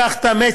קח את המצ'ינג,